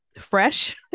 fresh